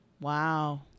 Wow